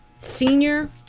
senior